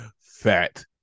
Fat